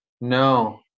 No